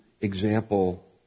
example